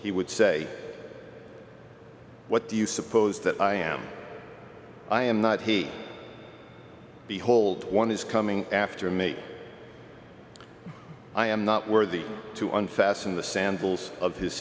he would say what do you suppose that i am i am not he behold one is coming after me i am not worthy to unfasten the sandals of his